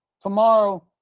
tomorrow